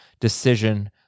decision